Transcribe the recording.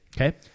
Okay